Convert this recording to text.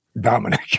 dominic